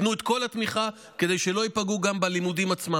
ייתנו את כל התמיכה כדי שלא ייפגעו גם בלימודים עצמם,